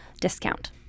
discount